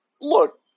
look